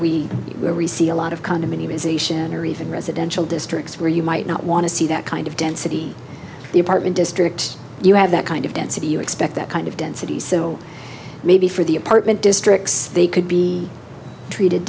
district where we receive a lot of condominium is the center even residential districts where you might not want to see that kind of density in the apartment districts you have that kind of density you expect that kind of density so maybe for the apartment districts they could be treated